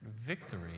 victory